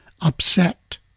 upset